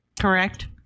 Correct